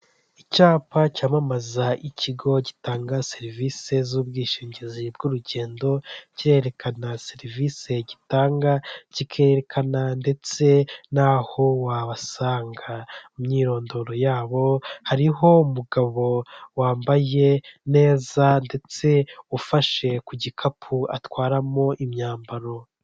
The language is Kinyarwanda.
Icyapa cyamamaza ikigo gitanga serivisi z'ubwishingizi bw'urugendo kererekana serivisi gitanga kikerekana ndetse n'aho wabasanga, imyirondoro yabo hariho umugabo wambaye neza ndetse ufashe ku gikapu atwaramo imyambaro.